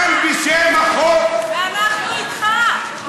גם בשם החוק, ואנחנו אתך.